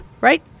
right